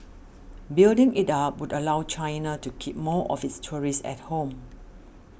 building it up would allow China to keep more of its tourists at home